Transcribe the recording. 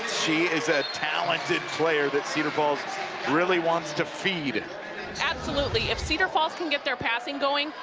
she is a talented player that cedar falls really wants to feed. and absolutely if scedar falls can get their passing going,